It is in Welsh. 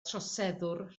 troseddwr